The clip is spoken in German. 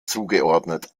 zugeordnet